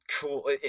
cool